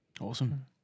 Awesome